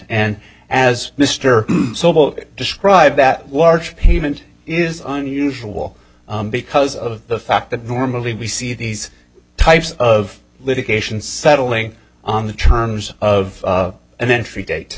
and as mr sobel described that large payment is unusual because of the fact that normally we see these types of litigation settling on the terms of an entry date